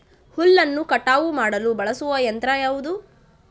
ಹುಲ್ಲನ್ನು ಕಟಾವು ಮಾಡಲು ಬಳಸುವ ಯಂತ್ರ ಯಾವುದು?